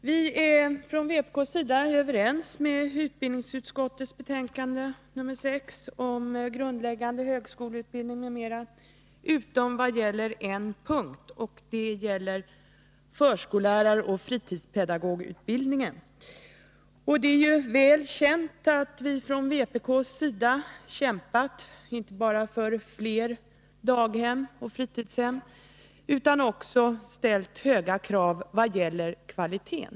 Fru talman! Vi från vpk:s sida instämmer i utskottets skrivning när det gäller utbildningsutskottets betänkande 6 om grundläggande högskoleutbildning m.m. utom på en punkt, förskolläraroch fritidspedagogutbildningen. Det är väl känt att vi från vpk:s sida kämpat inte bara för fler dagoch fritidshem utan även ställt höga krav när det gäller kvaliteten.